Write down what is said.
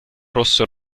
rosso